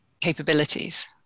capabilities